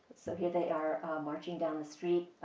so, here they are marching down the street.